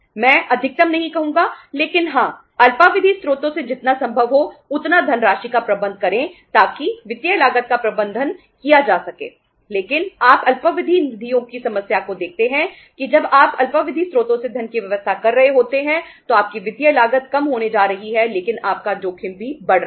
मैं अधिकतम नहीं कहूंगा लेकिन हां अल्पावधि स्रोतों से जितना संभव हो उतना धनराशि का प्रबंध करें ताकि वित्तीय लागत का प्रबंधन किया जा सके लेकिन आप अल्पावधि निधियों की समस्या को देखते हैं कि जब आप अल्पावधि स्रोतों से धन की व्यवस्था कर रहे होते हैं तो आपकी वित्तीय लागत कम होने जा रही है लेकिन आपका जोखिम भी बढ़ रहा है